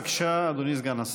בבקשה, אדוני סגן השר.